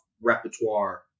repertoire